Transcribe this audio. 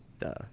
Duh